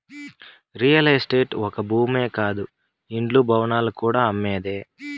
real estate ఒక్క భూమే కాదు ఇండ్లు, భవనాలు కూడా అమ్మేదే